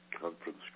conference